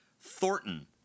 Thornton